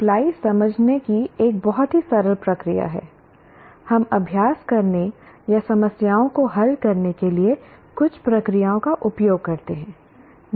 apply समझने की एक बहुत ही सरल प्रक्रिया है हम अभ्यास करने या समस्याओं को हल करने के लिए कुछ प्रक्रियाओं का उपयोग करते हैं